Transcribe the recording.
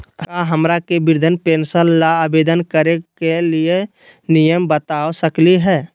का हमरा के वृद्धा पेंसन ल आवेदन करे के नियम बता सकली हई?